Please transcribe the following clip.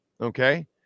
Okay